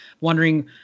wondering